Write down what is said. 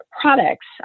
products